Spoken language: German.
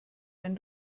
wenn